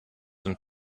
dem